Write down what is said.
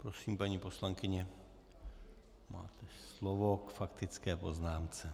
Prosím, paní poslankyně, máte slovo k faktické poznámce.